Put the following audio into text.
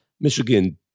Michigan